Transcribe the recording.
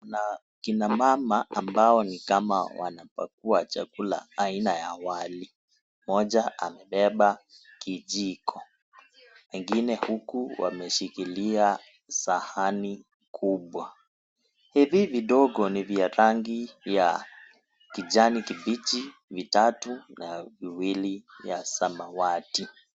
Kuna kina mama ambao ni kama wanapakua chakula aina ya wali. Mmoja amebeba kijiko. Wengine huku wameshikilia sahani kubwa. Hivi vidogo ni vya rangi ya kijani kibichi vitatu na viwili vya samawati.